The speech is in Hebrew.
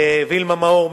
לווילמה מאור,